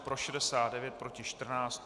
Pro 69, proti 14.